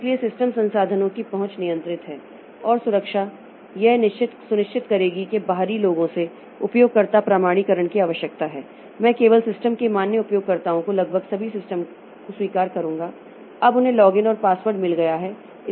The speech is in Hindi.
इसलिए सिस्टम संसाधनों की पहुंच नियंत्रित है और सुरक्षा यह सुनिश्चित करेगी कि बाहरी लोगों से उपयोगकर्ता प्रमाणीकरण की आवश्यकता है मैं केवल सिस्टम के मान्य उपयोगकर्ताओं को लगभग सभी सिस्टमों को स्वीकार करूंगा अब उन्हें लॉगिन और पासवर्ड मिल गया है